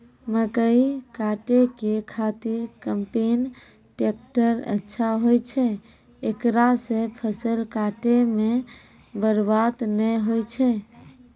मकई काटै के खातिर कम्पेन टेकटर अच्छा होय छै ऐकरा से फसल काटै मे बरवाद नैय होय छै?